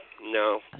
No